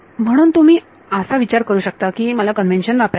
म्हणून तुम्ही असा विचार करू शकता की मला कन्वेंशन वापरायचे आहे